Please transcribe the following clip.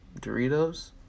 Doritos